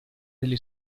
delle